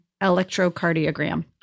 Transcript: electrocardiogram